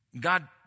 God